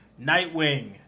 Nightwing